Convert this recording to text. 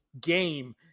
game